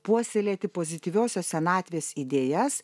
puoselėti pozityviosios senatvės idėjas